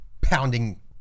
pounding